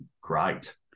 great